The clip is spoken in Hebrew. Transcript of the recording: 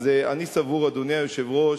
אז אני סבור, אדוני היושב-ראש,